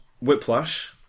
Whiplash